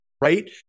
right